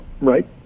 right